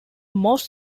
most